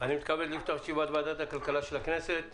אני מתכבד לפתוח את ישיבת ועדת הכלכלה של הכנסת.